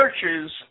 churches